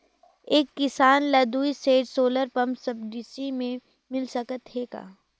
एक किसान ल दुई सेट सोलर पम्प सब्सिडी मे मिल सकत हे का?